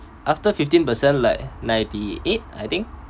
after fifteen per cent like ninety eight I think